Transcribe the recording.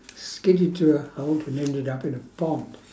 skidded to a halt and ended up in a pond